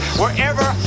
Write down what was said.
wherever